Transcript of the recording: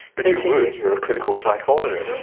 but you you would, you're a clinical psychologist.